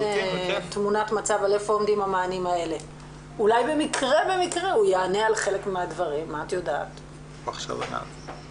במענים הקיימים של משרד הרווחה, בתוך המסגרות,